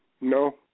no